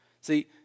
See